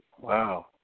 Wow